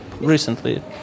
recently